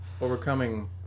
overcoming